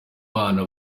bana